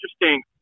interesting